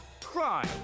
crime